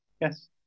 Yes